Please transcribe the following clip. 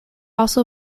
also